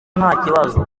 ntakibazo